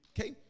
Okay